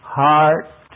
heart